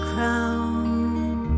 Crown